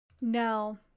no